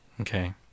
okay